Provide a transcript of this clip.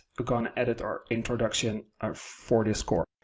click on edit our introduction, our forty score.